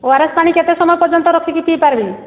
ଓ R S ପାଣି କେତେ ସମୟ ପର୍ଯ୍ୟନ୍ତ ରଖିକି ପିଇପାରିବି